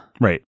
Right